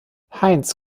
heinz